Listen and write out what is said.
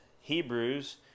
Hebrews